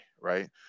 right